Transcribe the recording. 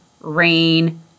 rain